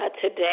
Today